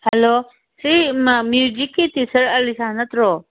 hello ꯁꯤ ꯃ꯭ꯌꯨꯖꯤꯛꯀꯤ teacher Alisha ꯅꯠꯇ꯭ꯔꯣ